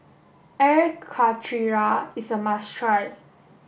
Air Karthira is a must try